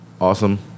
Awesome